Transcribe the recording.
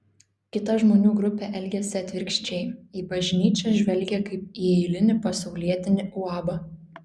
kita žmonių grupė elgiasi atvirkščiai į bažnyčią žvelgia kaip į eilinį pasaulietinį uabą